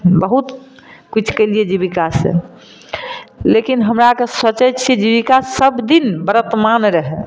बहुत किछु कयलिए जीबिका से लेकिन हमरा आरके सोचैत छियै जीबिका सब दिन बरतमान रहै